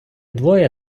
двоє